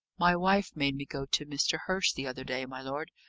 my wife made me go to mr. hurst the other day, my lord,